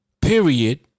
period